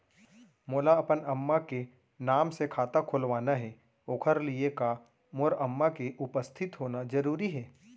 मोला अपन अम्मा के नाम से खाता खोलवाना हे ओखर लिए का मोर अम्मा के उपस्थित होना जरूरी हे?